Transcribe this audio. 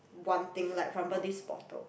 one thing like for example this bottle